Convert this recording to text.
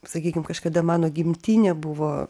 sakykim kažkada mano gimtinė buvo